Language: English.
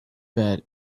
bet